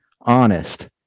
honest